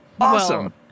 Awesome